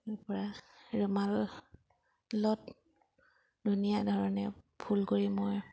সৰুৰপৰা ৰুমালত ধুনীয়া ধৰণে ফুল কৰি মই